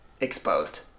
exposed